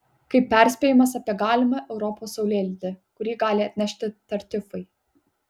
kaip perspėjimas apie galimą europos saulėlydį kurį gali atnešti tartiufai